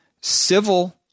civil